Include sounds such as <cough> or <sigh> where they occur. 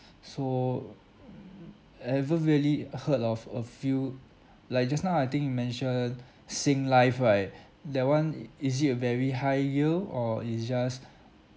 so mm ever really uh heard of a few like just now I think you mention singlife right that one i~ is it a very high yield or it's just <breath>